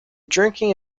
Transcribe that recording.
drinking